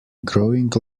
growing